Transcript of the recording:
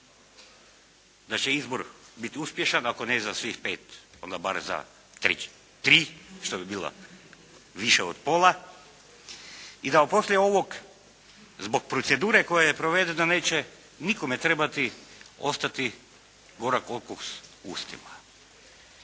da će izbor biti uspješan, ako ne za svih pet onda bar za tri što bi bilo više od pola i da poslije ovog zbog procedure koja je provedena neće nikome trebati ostati gorak okus u ustima.